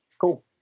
cool